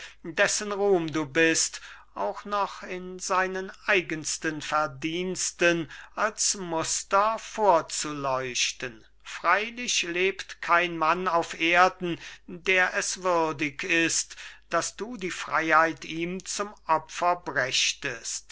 dessen ruhm du bist auch noch in seinen eigensten verdiensten als muster vorzuleuchten freilich lebt kein mann auf erden der es würdig ist daß du die freiheit ihm zum opfer brächtest